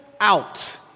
out